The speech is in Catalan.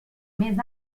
més